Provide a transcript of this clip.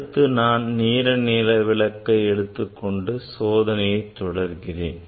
அடுத்து நான் நீலநிற விளக்கை எடுத்துக்கொண்டு சோதனையை தொடர்கிறேன்